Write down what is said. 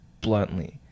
bluntly